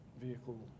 vehicle